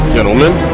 Gentlemen